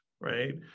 right